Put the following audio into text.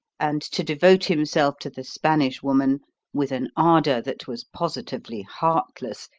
and to devote himself to the spanish woman with an ardour that was positively heartless,